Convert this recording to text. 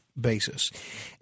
basis